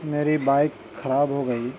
میری بائک خراب ہو گئی